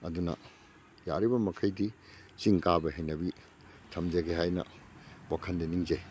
ꯑꯗꯨꯅ ꯌꯥꯔꯤꯕ ꯃꯈꯩꯗꯤ ꯆꯤꯡ ꯀꯥꯕꯩ ꯍꯩꯅꯕꯤ ꯊꯝꯖꯒꯦ ꯍꯥꯏꯅ ꯋꯥꯈꯟꯗ ꯅꯤꯡꯖꯩ